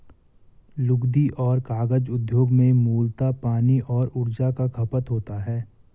लुगदी और कागज उद्योग में मूलतः पानी और ऊर्जा का खपत होता है